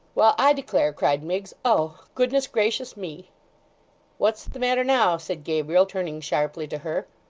well, i declare cried miggs. oh! goodness gracious me what's the matter now said gabriel, turning sharply to her,